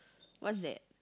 what's that